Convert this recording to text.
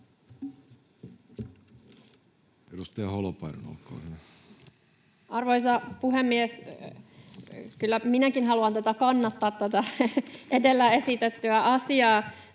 Edustaja Holopainen, olkaa hyvä. Arvoisa puhemies! Kyllä minäkin haluan tätä edellä esitettyä asiaa